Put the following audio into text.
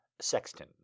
Sexton